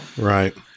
Right